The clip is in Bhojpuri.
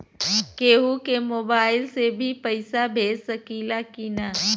केहू के मोवाईल से भी पैसा भेज सकीला की ना?